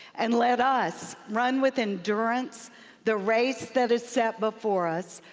and let us run with endurance the race that is set before us,